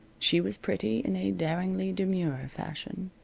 she was pretty in a daringly demure fashion,